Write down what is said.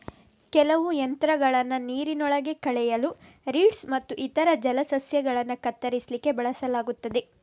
ಕೆಲವು ಯಂತ್ರಗಳನ್ನ ನೀರಿನೊಳಗಿನ ಕಳೆಗಳು, ರೀಡ್ಸ್ ಮತ್ತು ಇತರ ಜಲಸಸ್ಯಗಳನ್ನ ಕತ್ತರಿಸ್ಲಿಕ್ಕೆ ಬಳಸಲಾಗ್ತದೆ